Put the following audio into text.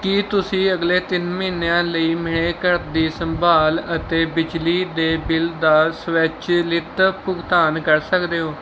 ਕੀ ਤੁਸੀਂਂ ਅਗਲੇ ਤਿੰਨ ਮਹੀਨਿਆਂ ਲਈ ਮੇਰੇ ਘਰ ਦੀ ਸੰਭਾਲ ਅਤੇ ਬਿਜਲੀ ਦੇ ਬਿੱਲ ਦਾ ਸਵੈਚਲਿਤ ਭੁਗਤਾਨ ਕਰ ਸਕਦੇ ਹੋ